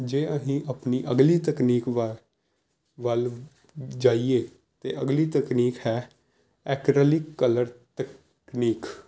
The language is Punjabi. ਜੇ ਅਸੀਂ ਆਪਣੀ ਅਗਲੀ ਤਕਨੀਕ ਵਾ ਵੱਲ ਜਾਈਏ ਤਾਂ ਅਗਲੀ ਤਕਨੀਕ ਹੈ ਐਕਰਲੀਕ ਕਲਰ ਤਕਨੀਕ